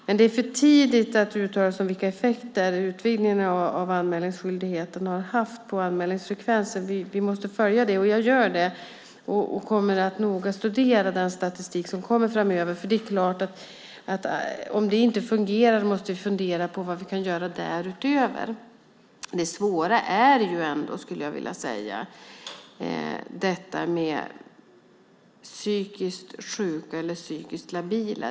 Men det är för tidigt att uttala sig om vilka effekter som utvidgningen av anmälningsskyldigheten har haft på anmälningsfrekvensen. Vi måste följa det, och jag gör det och kommer att noga studera den statistik som kommer framöver. Om det inte fungerar måste vi fundera på vad vi kan göra därutöver. Det svåra är ändå, skulle jag vilja säga, detta med psykiskt sjuka eller labila.